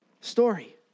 story